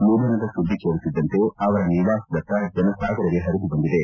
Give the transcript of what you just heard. ನಿಧನದ ಸುದ್ಲಿ ಕೇಳುತ್ತಿದ್ದಂತೆ ಅವರ ನಿವಾಸದತ್ತ ಜನಸಾಗರವೇ ಹರಿದುಬಂದಿದೆ